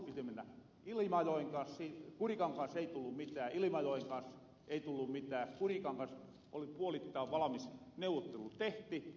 no aluksi kurikan kans ei tullu mitään ilimajoen kans ei tullu mitään kurikan kans oli puolittaan valamis neuvottelu tehtiin